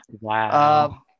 Wow